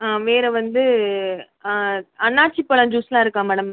வேறு வந்து அன்னாசி பழம் ஜூஸ்லாம் இருக்கா மேடம்